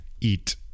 eat